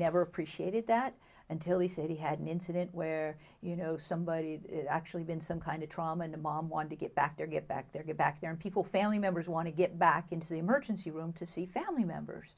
never appreciated that until he said he had an incident where you know somebody's actually been some kind of trauma the mom want to get back there get back there get back there people family members want to get back into the emergency room to see family members